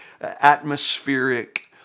atmospheric